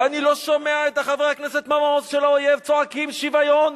ואני לא שומע את חברי הכנסת מהמעוז של האויב צועקים "שוויון",